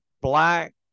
black